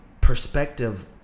perspective